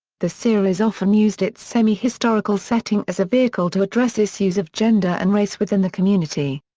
the series often used its semi-historical setting as a vehicle to address issues of gender and race within the community.